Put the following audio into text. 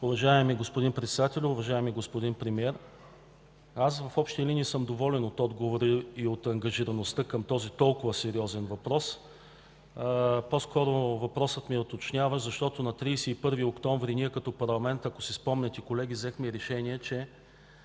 Уважаеми господин Председателю, уважаеми господин Премиер! В общи линии съм доволен от отговора и ангажираността към този толкова сериозен въпрос. По-скоро въпросът ми е уточняващ, защото на 31 октомври като Парламент, ако си спомняте, колеги, взехме решение, че